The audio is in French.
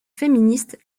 féministe